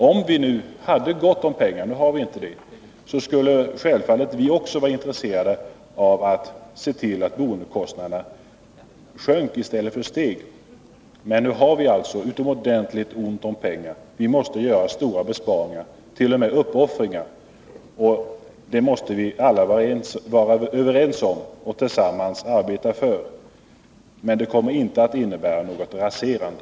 Om vi hade haft gott om pengar, skulle självfallet vi också ha varit intresserade av att se till att boendekostnaderna sjönk i stället för steg. Men nu har vi alltså utomordentligt ont om pengar, och vi måste göra stora besparingar — t.o.m. uppoffringar. Det måste vi alla vara överens om och tillsammans arbeta för. Men det kommer inte att innebära något raserande.